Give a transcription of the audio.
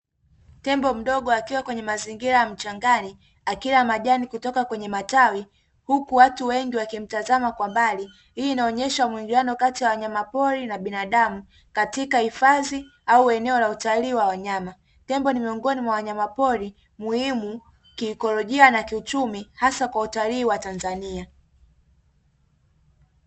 Tembo mdogo akiwa kwenye mazingira ya mchangani akila majani kutoka kwenye matawi huku watu wengi wakimtazama kwa mbali, hii inaonyesha mwingiliano kati ya wanyamapori na binadamu katika hifadhi au eneo la utalii wa wanyama. Tembo ni miongoni mwa wanyama pori, muhimu kiikolojia na kiuchumi hasa kwa utalii wa Tanzania.